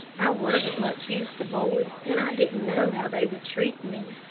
i wasn't much used to boys, and i didn't know how they would treat me.